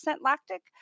lactic